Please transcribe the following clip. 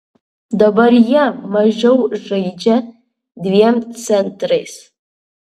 dabar jie mažiau žaidžia dviem centrais